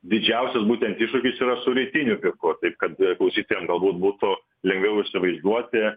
didžiausias būtent iššūkis yra su rytiniu piku taip kad klausytojam galbūt būtų lengviau įsivaizduoti